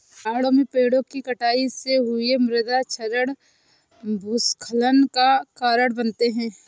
पहाड़ों में पेड़ों कि कटाई से हुए मृदा क्षरण भूस्खलन का कारण बनते हैं